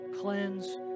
cleanse